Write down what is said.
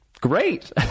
Great